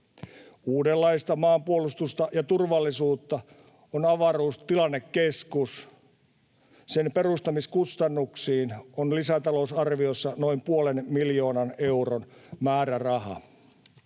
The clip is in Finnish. Uudenlaista maanpuolustusta ja turvallisuutta on avaruustilannekeskus. Sen perustamiskustannuksiin on lisätalousarviossa noin puolen miljoonan euron määräraha.